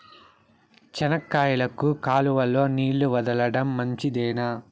చెనక్కాయకు కాలువలో నీళ్లు వదలడం మంచిదేనా?